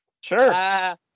Sure